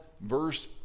verse